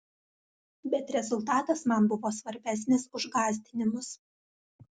bet rezultatas man buvo svarbesnis už gąsdinimus